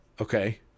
Okay